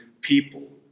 people